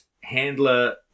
Handler